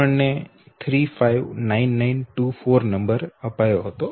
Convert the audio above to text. આપણને 359924 નંબર અપાયો હતો